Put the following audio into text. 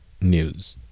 News